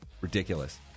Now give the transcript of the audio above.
Ridiculous